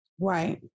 Right